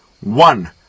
one